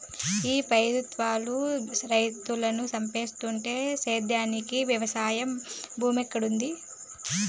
ఈ పెబుత్వాలు రైతులను సంపేత్తంటే సేద్యానికి వెవసాయ భూమేడుంటది